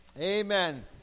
Amen